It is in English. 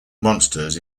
monsters